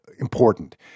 important